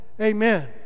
Amen